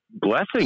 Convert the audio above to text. blessing